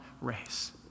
race